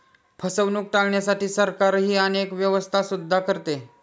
फसवणूक टाळण्यासाठी सरकारही अनेक व्यवस्था सुद्धा करते